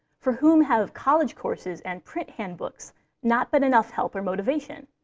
for whom have college courses and print handbooks not been enough help or motivation?